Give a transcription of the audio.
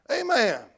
Amen